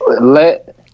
Let